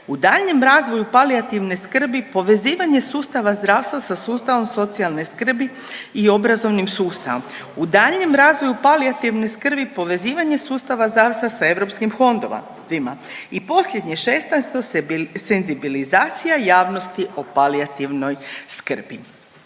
U daljnjem razvoju palijativne skrbi povezivanje sustava zdravstva sa sustavom socijalne skrbi i obrazovnim sustavom. U daljnjem razvoju palijativne skrbi povezivanje sustava zdravstva da europskim fondovima. I posljednje šesnaesto senzibilizacija javnosti o palijativnoj skrbi.